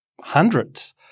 hundreds